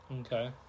Okay